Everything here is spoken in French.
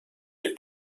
les